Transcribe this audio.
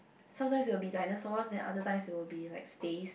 sometimes will be dinosaurs then other times it will be like space